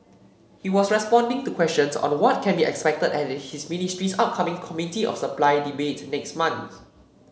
he was responding to questions on what can be expected at his ministry's upcoming Committee of Supply debate next month